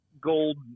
gold